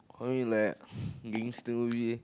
only like gangster movie